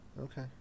Okay